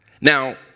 Now